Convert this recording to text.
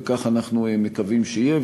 וכך אנחנו מקווים שיהיה.